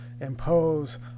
impose